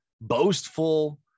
boastful